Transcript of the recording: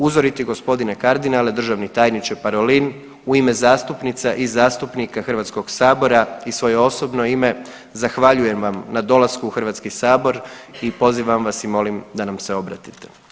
Uzoriti gospodine kardinale državni tajniče Parolin u ime zastupnica i zastupnika Hrvatskog sabora i svoje osobno ime zahvaljujem vam na dolasku u Hrvatski sabor i pozivam vas i molim da nam se obratite.